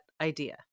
idea